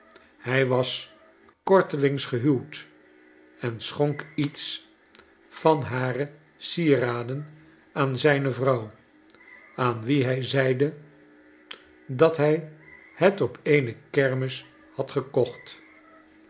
hij was kortelings gehuwd en schonk iets van hare sieraden aan zne vrouw aan wie hij zeide dat hij het op eene kermis had gekocht